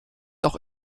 auch